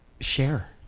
share